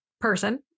person